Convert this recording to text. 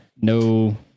no